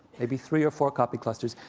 maybe three or four coffee clusters,